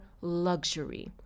luxury